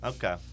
Okay